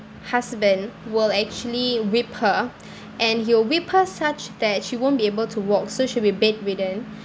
husband will actually whip her and he'll whip her such that she won't be able to walk so she'd be bedridden